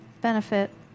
benefit